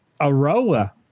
Aroa